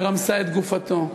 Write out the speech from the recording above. ורמסה את גופתו.